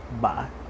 Bye